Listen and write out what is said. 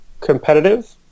competitive